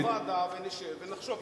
תבוא לוועדה ונשב ונחשוב.